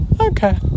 okay